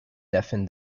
deafened